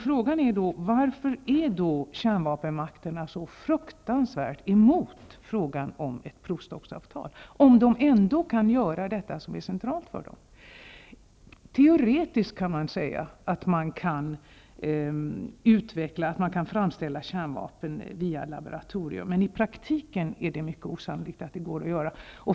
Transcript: Frågan är då: Varför är kärnvapenmakterna så fruktansvärt emot ett provstoppsavtal, om de ändå kan göra detta som är centralt för dem? Teoretiskt kan man framställa kärnvapen via laboratorium, men i praktiken är det mycket osannolikt att det går att göra.